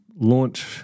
launch